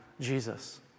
Jesus